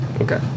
okay